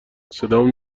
صدامون